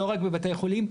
לא רק בבתי חולים,